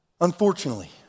Unfortunately